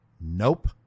Nope